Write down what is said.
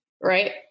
right